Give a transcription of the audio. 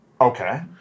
Okay